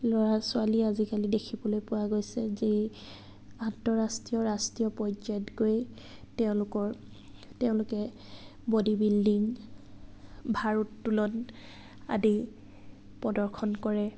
ল'ৰা ছোৱালী আজিকালি দেখিবলৈ পোৱা গৈছে যি আন্তঃৰাষ্ট্ৰীয় ৰাষ্ট্ৰীয় পৰ্যায়ত গৈ তেওঁলোকৰ তেওঁলোকে বডিবিল্ডিং ভাৰোত্তোলন আদি প্ৰদৰ্শন কৰে